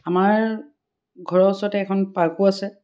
আমাৰ ঘৰৰ ওচৰতে এখন পাৰ্কো আছে